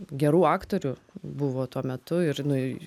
gerų aktorių buvo tuo metu ir nu